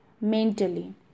mentally